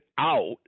out